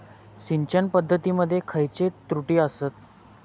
सिंचन पद्धती मध्ये खयचे त्रुटी आसत?